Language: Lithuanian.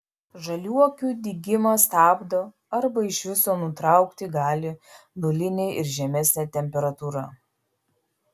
žaliuokių dygimą stabdo arba ir iš viso nutraukti gali nulinė ir žemesnė temperatūra